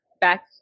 back